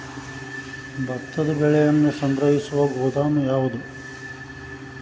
ಭತ್ತದ ಬೆಳೆಯನ್ನು ಸಂಗ್ರಹಿಸುವ ಗೋದಾಮು ಯಾವದು?